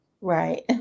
Right